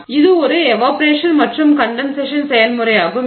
எனவே இது ஒரு எவாப்பொரேஷன் மற்றும் கண்டென்சேஷன் செயல்முறை ஆகும்